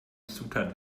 zutat